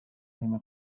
فهیمه